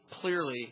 clearly